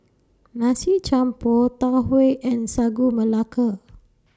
Nasi Campur Tau Huay and Sagu Melaka